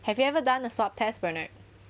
have you ever done a swab test bernard